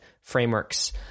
frameworks